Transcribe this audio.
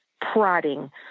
prodding